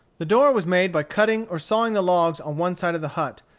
the door was made by cutting or sawing the logs on one side of the hut,